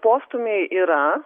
postūmiai yra